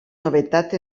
novetat